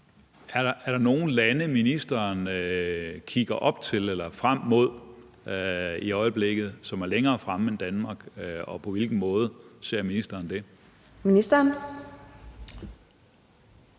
Er der nogen lande, ministeren kigger op til eller frem mod i øjeblikket, som er længere fremme end Danmark, og på hvilken måde ser ministeren det? Kl.